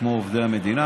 כמו עובדי המדינה,